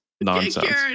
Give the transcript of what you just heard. nonsense